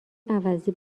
عوضی